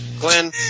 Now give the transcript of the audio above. Glenn